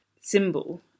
symbol